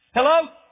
Hello